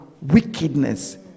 wickedness